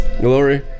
Glory